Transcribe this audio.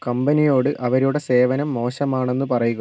കമ്പനിയോട് അവരുടെ സേവനം മോശമാണെന്ന് പറയുക